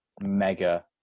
mega